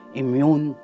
immune